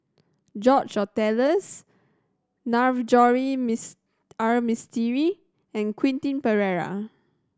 George Oehlers Navroji Miss R Mistri and Quentin Pereira